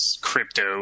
crypto